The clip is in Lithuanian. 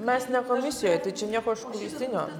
mes ne komisijoj tai čia nieko užkulisinio